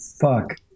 fuck